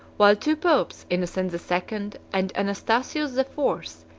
while two popes, innocent the second and anastasius the fourth,